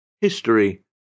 History